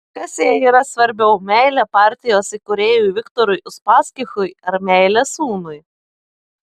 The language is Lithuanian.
kas jai yra svarbiau meilė partijos įkūrėjui viktorui uspaskichui ar meilė sūnui